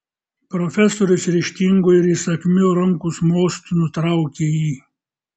profesorius ryžtingu ir įsakmiu rankos mostu nutraukė jį